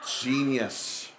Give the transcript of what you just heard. Genius